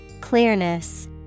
Clearness